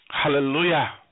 Hallelujah